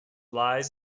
lies